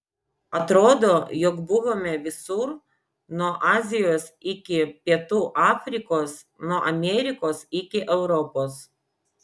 atrodo jog buvome visur nuo azijos iki pietų afrikos nuo amerikos iki europos